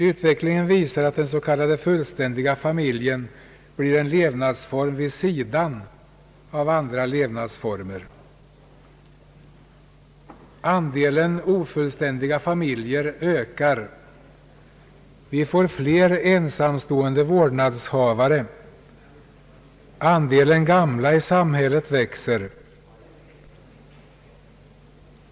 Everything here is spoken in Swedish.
Utvecklingen visar att den s.k. fullständiga familjen blir en levnadsform vid sidan av andra levnadsformer. Andelen ofullständiga familjer ökar. Vi får fler ensamstående vårdnadshavare. Andelen gamla i samhället växer.